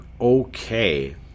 okay